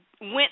Went